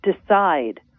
decide